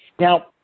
Now